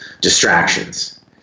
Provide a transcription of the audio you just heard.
distractions